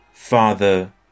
Father